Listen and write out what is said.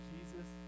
Jesus